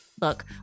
Look